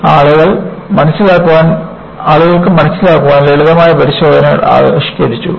അതിനാൽ ആളുകൾക്ക് മനസിലാക്കാൻ ലളിതമായ പരിശോധനകൾ ആവിഷ്കരിച്ചു